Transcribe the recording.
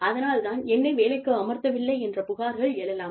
அதனால்தான் என்னை வேலைக்கு அமர்த்தவில்லை என்ற புகார்கள் எழலாம்